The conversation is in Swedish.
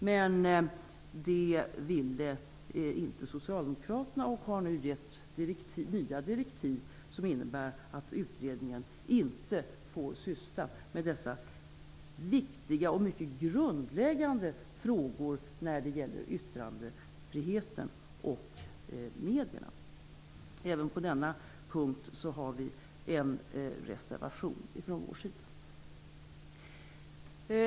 Men det ville inte Socialdemokraterna göra, och man har nu gett nya direktiv som innebär att utredningen inte får syssla med dessa viktiga och mycket grundläggande frågor om yttrandefriheten och medierna. Även på denna punkt har Folkpartiet en reservation.